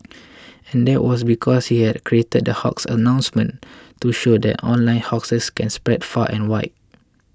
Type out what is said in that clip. and that was because he had created the hoax announcement to show that online hoaxes can spread far and wide